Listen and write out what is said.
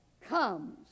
comes